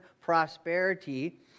prosperity